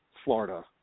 Florida